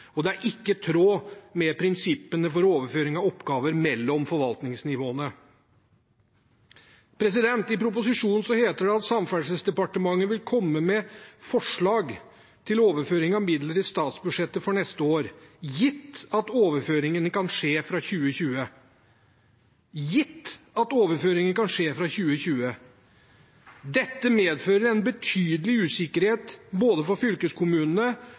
og det er ikke i tråd med prinsippene for overføring av oppgaver mellom forvaltningsnivåene. I proposisjonen heter det at Samferdselsdepartementet vil komme med forslag til overføring av midler i statsbudsjettet for neste år «gitt at overføringen kan skje fra 2020» – gitt at overføringen kan skje fra 2020. Det medfører en betydelig usikkerhet både for fylkeskommunene